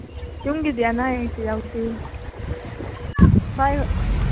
ꯌꯨꯝꯒꯤꯗꯤ ꯑꯅꯥ ꯑꯌꯦꯛꯇꯤ ꯌꯥꯎꯗꯦ ꯚꯥꯏ